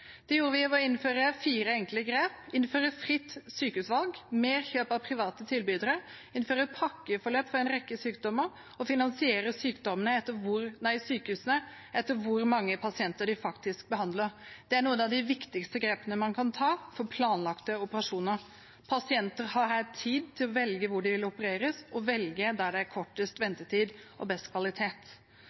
Det gjorde vi ved å innføre fire enkle grep: fritt sykehusvalg, mer kjøp av private tilbydere, pakkeforløp for en rekke sykdommer og finansiere sykehusene etter hvor mange pasienter de faktisk behandler. Det er noen av de viktigste grepene man kan ta for planlagte operasjoner. Pasienter har tid til å velge hvor de vil opereres, og kan velge der det er kortest ventetid og best kvalitet.